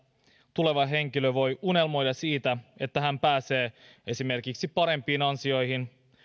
tuleva henkilö voi unelmoida siitä että hän pääsee esimerkiksi parempiin ansioihin